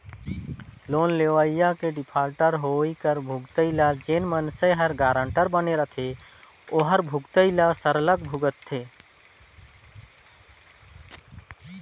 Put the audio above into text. loan लेवइया के defaulter होवई कर भुगतई ल जेन मइनसे हर गारंटर बने रहथे ओहर भुगतई ल सरलग भुगतथे